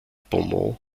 beaumont